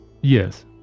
Yes